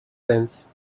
sense